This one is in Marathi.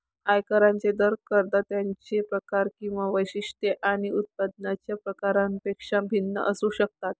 आयकरांचे दर करदात्यांचे प्रकार किंवा वैशिष्ट्ये आणि उत्पन्नाच्या प्रकारापेक्षा भिन्न असू शकतात